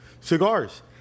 cigars